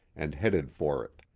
and headed for it.